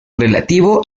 relativo